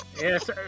Yes